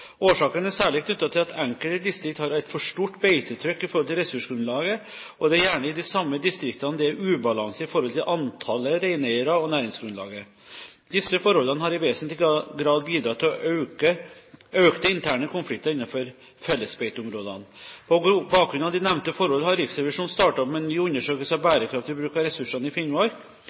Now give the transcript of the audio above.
Årsaken er særlig knyttet til at enkelte distrikter har et for stort beitetrykk i forhold til ressursgrunnlaget, og det er gjerne i de samme distriktene det er en ubalanse i forhold til antallet reineiere og næringsgrunnlaget. Disse forholdene har i vesentlig grad bidratt til økte interne konflikter innenfor fellesbeiteområdene. På bakgrunn av de nevnte forholdene har Riksrevisjonen startet opp med en ny undersøkelse av bærekraftig bruk av ressursene i Finnmark.